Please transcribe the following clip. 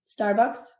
Starbucks